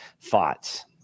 Thoughts